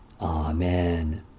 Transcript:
Amen